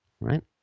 right